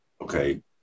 okay